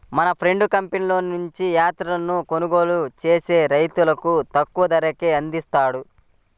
మా ఫ్రెండు కంపెనీల నుంచి యంత్రాలను కొనుగోలు చేసి రైతులకు తక్కువ ధరకే అందిస్తున్నాడు